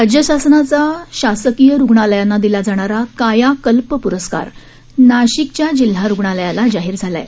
राज्य शासनाचा शासकीय रुग्णालयांना दिला जाणारा कायाकल्प प्रस्कार नाशिकच्या जिल्हा रुग्णालयाला जाहीर झाला आहे